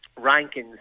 rankings